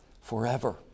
forever